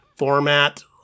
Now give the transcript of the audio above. Format